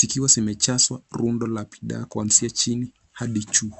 zikiwa zimejazwa rundo la bidhaa kuanzia chini hadi juu.